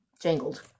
jangled